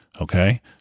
Okay